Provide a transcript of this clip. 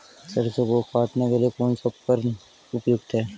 सरसों को काटने के लिये कौन सा उपकरण उपयुक्त है?